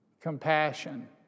Compassion